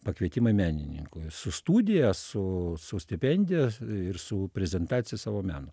pakvietimai menininkui su studija su su stipendija ir su prezentacija savo meno